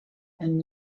and